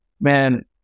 Man